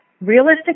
realistic